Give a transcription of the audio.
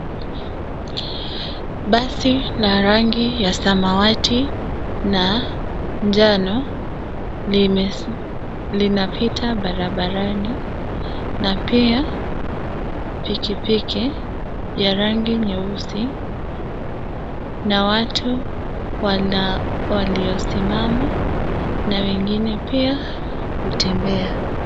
Basi la rangi ya samawati na njano linapita barabarani na pia pikipiki ya rangi nyeusi na watu waliosimama na wengine pia kutembea.